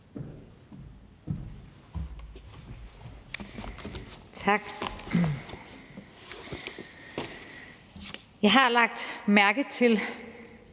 Tak. Jeg har lagt mærke til,